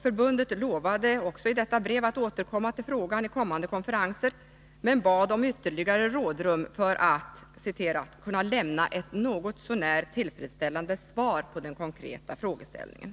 Förbundet lovade också i detta brev att återkomma till frågan i kommande konferenser men bad om ytterligare rådrum för att ”kunna lämna ett något så när tillfredsställande svar på den konkreta frågeställningen”.